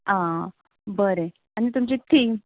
आं बरें आनी तुमची थीम